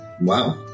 Wow